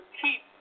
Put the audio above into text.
keep